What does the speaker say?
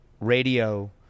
radio